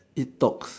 eat talks